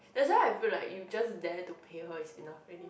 that's why I feel like you dare to pay her is enough already